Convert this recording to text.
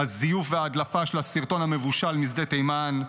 הזיוף וההדלפה של הסרטון המבושל משדה תימן.